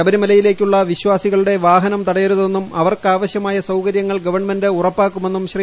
ശബരിമലയിലേക്കുള്ള വിശ്വാസികളുടെ തടയരുതെന്നും അവർക്കാവശ്യമായ വാ്ഹനം സൌകര്യങ്ങൾ ഗവണ്മെന്റ് ഉറപ്പാക്കുമെന്നും ശ്രീ